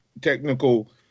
technical